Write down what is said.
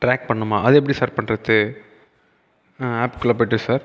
track பண்ணணுமா அது எப்படி சார் பண்ணுறது ஆப்குள்ளே போய்ட்டேன் சார்